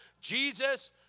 Jesus